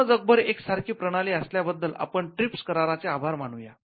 पूर्ण जगभर एक सारखी प्रणाली असल्याबद्दल आपण ट्रिप्स करार चे आभार मानूया